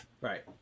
Right